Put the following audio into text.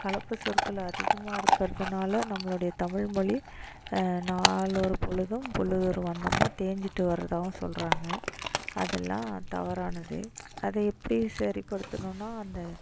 கலப்பு சொற்கள் அதிகமாக இருக்கிறதுனால நம்மளுடைய தமிழ்மொழி நாள் ஒரு பொழுதும் பொழுதொரு வண்ணமுமாக தேஞ்சுட்டு வரதாகவும் சொல்கிறாங்க அதெல்லாம் தவறானது அதை எப்படி சரி படுத்துன்னுன்னா அந்த